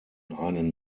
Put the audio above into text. einen